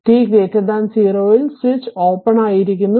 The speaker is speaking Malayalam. t 0 ഇൽ സ്വിച്ച് ഓപ്പൺ ആയിരിക്കുന്നു